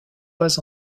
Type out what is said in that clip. pas